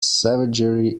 savagery